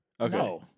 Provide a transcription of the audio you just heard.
Okay